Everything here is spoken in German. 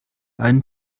einen